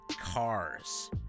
cars